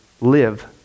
Live